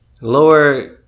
lower